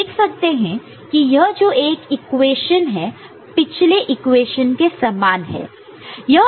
हम देख सकते हैं कि यह जो एक इक्वेशन है पिछले इक्वेशन के समान है